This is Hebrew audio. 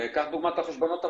קח לדוגמה את החשבונות הפיקטיביים,